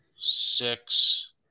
six